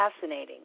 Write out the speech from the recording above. fascinating